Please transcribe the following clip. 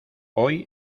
hoy